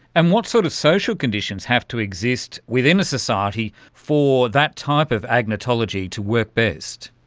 and what sort of social conditions have to exist within a society for that type of agnotology to work best?